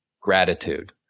gratitude